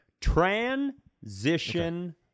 Transition